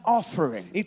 offering